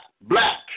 black